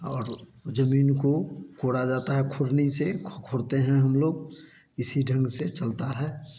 और जमीन को खोड़ा जाता है ख़ुरनी से खुरतें हैं हम लोग इसी ढंग से चलता है